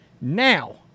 Now